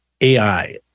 AI